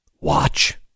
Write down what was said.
watch